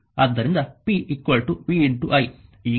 ಆದ್ದರಿಂದ p v i